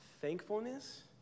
Thankfulness